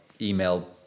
email